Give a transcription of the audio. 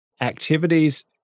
activities